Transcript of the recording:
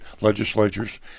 legislatures